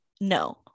No